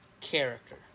character